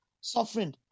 suffering